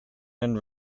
and